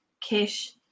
Kish